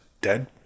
dead